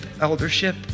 eldership